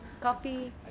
coffee